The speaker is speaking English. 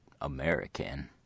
american